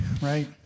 right